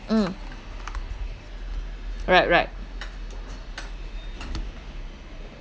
mm right right